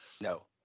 No